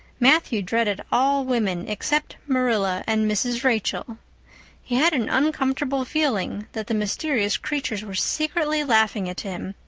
matthew dreaded all women except marilla and mrs. rachel he had an uncomfortable feeling that the mysterious creatures were secretly laughing at him.